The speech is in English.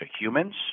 humans